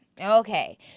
Okay